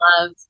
love